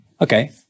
Okay